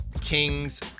Kings